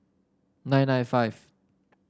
nine nine five